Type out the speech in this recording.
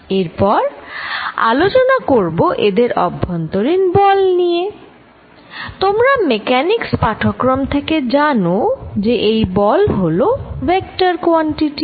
এরপর আলোচনা করব এদের অভ্যন্তরীণ বল নিয়ে তোমরা মেকানিক্স পাঠ্যক্রম থেকে জানো যে এই বল হল ভেক্টর কোয়ান্টিটি